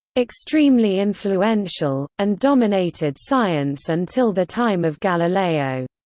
extremely influential, and dominated science until the time of galileo.